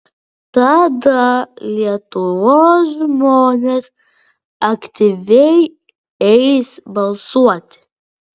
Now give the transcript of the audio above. tada lietuvos žmonės aktyviai eis balsuoti